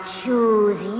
choose